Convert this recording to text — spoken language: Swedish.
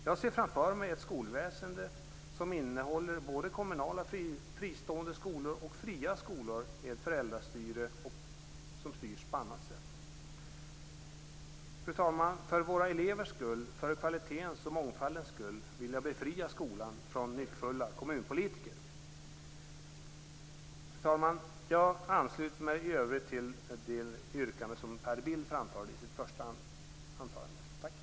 Jag ser framför mig ett skolväsende som innehåller både kommunala och fristående skolor samt fria skolor med både föräldrastyre och andra former av styre. Fru talman! För våra elevers skull, för kvalitetens och mångfaldens skull, vill jag befria skolan från nyckfulla kommunpolitiker. Fru talman! Jag ansluter mig i övrigt till det yrkande som Per Bill framförde i sitt första anförande.